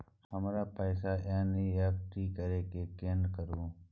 हमरा पैसा एन.ई.एफ.टी करे के है केना करू?